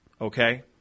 Okay